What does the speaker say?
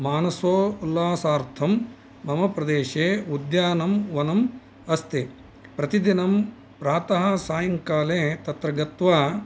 मानसोल्लासार्थं मम प्रदेशे उद्यानं वनम् अस्ति प्रतिदिनं प्रातः सायङ्काले तत्र गत्वा